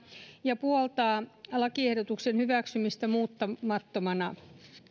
ja puoltaa lakiehdotuksen hyväksymistä muuttamattomana